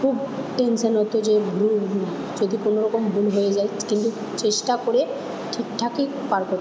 খুব টেনশান হতো যে ভুরু যদি কোনও রকম ভুল হয়ে যায় কিন্তু চেষ্টা করে ঠিকঠাকই পার কর